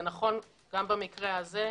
זה נכון גם במקרה הזה,